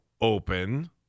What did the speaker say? open